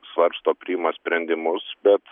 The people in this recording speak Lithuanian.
svarsto priima sprendimus bet